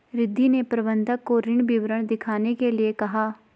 रिद्धी ने प्रबंधक को ऋण विवरण दिखाने के लिए कहा